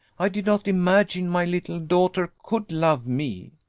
i did not imagine my little daughter could love me.